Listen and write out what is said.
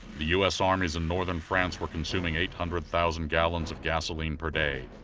the u s. armies in northern france were consuming eight hundred thousand gallons of gasoline per day.